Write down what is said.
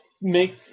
make